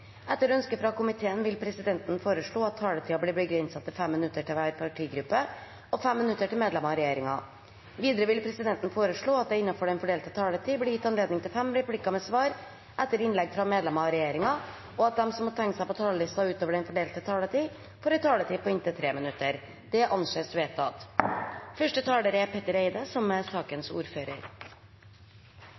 Etter ønske fra transport- og kommunikasjonskomiteen vil presidenten foreslå at taletiden blir begrenset til 5 minutter til hver partigruppe og 5 minutter til medlemmer av regjeringen. Videre vil presidenten foreslå at det – innenfor den fordelte taletid – blir gitt anledning til inntil seks replikker med svar etter innlegg fra medlemmer av regjeringen, og at de som måtte tegne seg på talerlisten utover den fordelte taletid, får en taletid på inntil 3 minutter. – Det anses vedtatt. Vi er